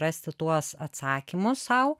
rasti tuos atsakymus sau